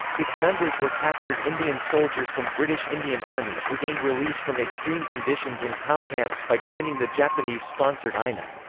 its members were captured indian soldiers from british indian army who gained release from extreme conditions in pow camps by joining the japanese-sponsored ina.